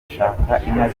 inka